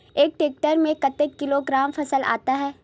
एक टेक्टर में कतेक किलोग्राम फसल आता है?